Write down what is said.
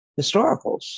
historicals